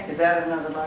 that another